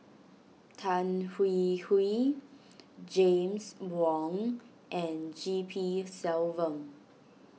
Tan Hwee Hwee James Wong and G P Selvam